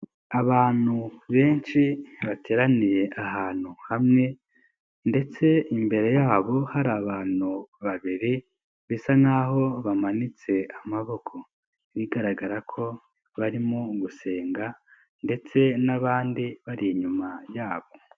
Abantu benshi bateraniye ahantu hamwe ndetse imbere yabo hari abantu babiri bisa nk'aho bamanitse amaboko bigaragara ko barimo gusenga ndetse n'abandi bari inyuma yabo.